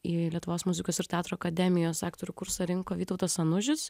į lietuvos muzikos ir teatro akademijos aktorių kursą rinko vytautas anužis